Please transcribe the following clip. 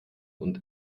und